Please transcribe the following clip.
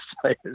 players